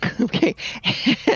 Okay